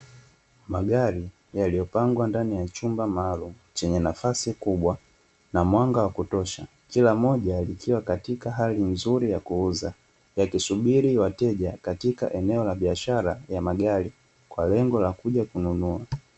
Magari yaliyo pangwa ndani ya chumba maalumu chenye nafasi kubwa na mwanga wa kutosha, ikiwa moja likiwa katika hali nzuri ya kuuza yakisubili wateja katika eneo la biashara ya magari kwalengo la kuja kununua.